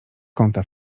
kąta